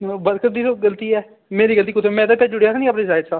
worker दी सब गलती ऐ मेरी गलती कुत्थै ऐ में ते भेज्जी ओड़ेआ हा निं अपनी साइड़ दा